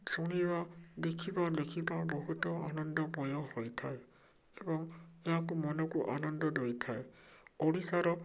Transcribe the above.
ଶୁଣିବା ଦେଖିବା ଲେଖିବା ବହୁତ ଆନନ୍ଦମୟ ହୋଇଥାଏ ଏବଂ ଏହାକୁ ମନକୁ ଆନନ୍ଦ ଦେଇଥାଏ ଓଡ଼ିଶାର